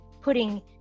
putting